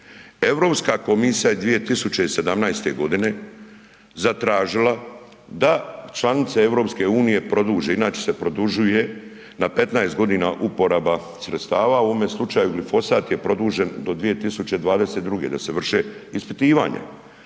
Europska komisija je 2017. godine zatražila da članice EU produže, inače se produžuje na 15 godina uporaba sredstava u ovome slučaju glifosat je produžen do 2022. da se vrše ispitivanja.